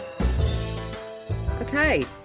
Okay